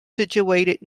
situated